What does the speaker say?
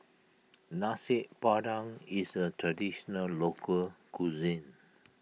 Nasi Padang is a Traditional Local Cuisine